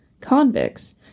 convicts